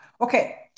Okay